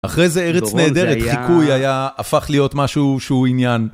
אחרי זה ארץ נהדרת, חיקוי היה, הפך להיות משהו שהוא עניין.